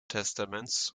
testaments